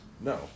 no